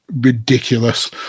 ridiculous